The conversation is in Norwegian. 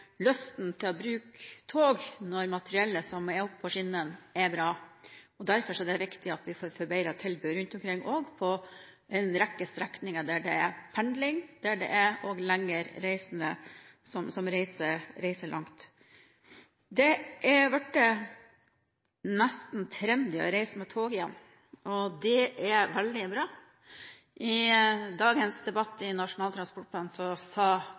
lysten til å bruke tog når materiellet som er oppå skinnene, er bra. Derfor er det viktig at vi får forbedret tilbudet rundt omkring – på en rekke strekninger der det er pendling, og også på strekninger der man reiser langt. Det har blitt nesten trendy å reise med tog igjen. Det er veldig bra. I dagens debatt om Nasjonal transportplan sa